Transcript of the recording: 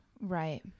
Right